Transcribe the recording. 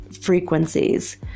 frequencies